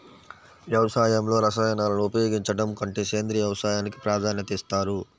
వ్యవసాయంలో రసాయనాలను ఉపయోగించడం కంటే సేంద్రియ వ్యవసాయానికి ప్రాధాన్యత ఇస్తారు